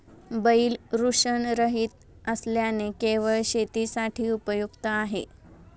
बैल वृषणरहित असल्याने केवळ शेतीसाठी उपयुक्त आहे